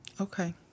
Okay